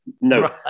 no